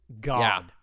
god